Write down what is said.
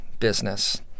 business